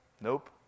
Nope